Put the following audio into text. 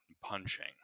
punching